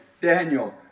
Daniel